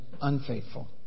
unfaithful